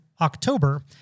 October